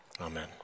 Amen